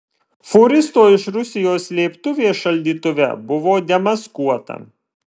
fūristo iš rusijos slėptuvė šaldytuve buvo demaskuota